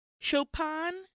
Chopin